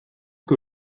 que